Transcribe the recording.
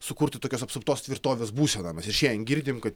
sukurti tokios apsuptos tvirtovės būseną mes ir šiandien girdim kad